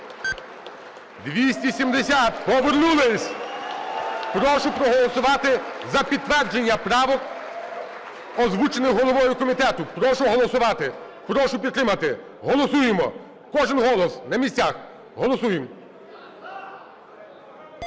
За-270 Повернулись. Прошу проголосувати за підтвердження правок озвучених головою комітету. Прошу голосувати, прошу підтримати. Голосуємо. Кожен голос, на місцях, голосуємо.